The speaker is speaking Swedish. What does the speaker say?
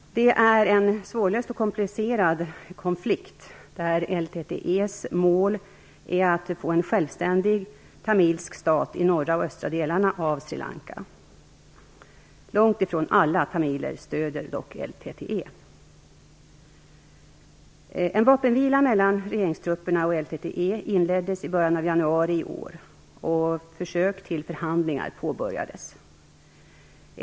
Det är en svårlöst och komplicerad konflikt, där LTTE:s mål är att få en självständig tamilsk stat i norra och östra delarna av Sri Lanka. Långt ifrån alla tamiler stöder dock LTTE. LTTE inleddes i början av januari i år, och försök till förhandlingar påbörjades.